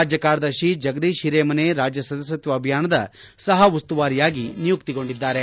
ರಾಜ್ಯ ಕಾರ್ಯದರ್ಶಿ ಜಗದೀಶ್ ಹಿರೇಮನಿ ರಾಜ್ಯ ಸದಸ್ಯತ್ವ ಅಭಿಯಾನದ ಸಹ ಉಸ್ತುವಾರಿ ಯಾಗಿ ನಿಯುಕ್ತಿಗೊಂಡಿದ್ದಾರೆ